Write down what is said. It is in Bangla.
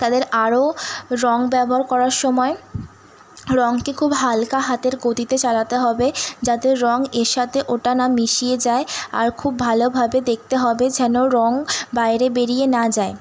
তাদের আরও রঙ ব্যবহার করার সময় রঙকে খুব হালকা হাতের গতিতে চালাতে হবে যাতে রঙ এর সাথে ওটা না মিশে যায় আর খুব ভালোভাবে দেখতে হবে যেন রঙ বাইরে বেরিয়ে না যায়